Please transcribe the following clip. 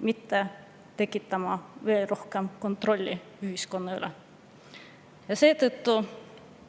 mitte tekitama veel rohkem kontrolli ühiskonna üle. Seetõttu